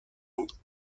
louis